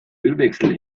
ölwechsel